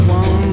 one